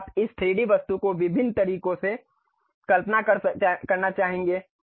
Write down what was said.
अब आप इस 3D वस्तु को विभिन्न तरीकों से कल्पना करना चाहेंगे